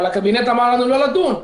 אבל הקבינט אמר לנו לא לדון,